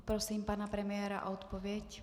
Prosím pana premiéra o odpověď.